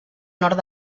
nord